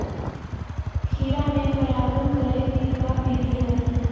खिरा मे परागण करे के का बिधि है?